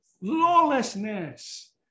Lawlessness